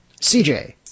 CJ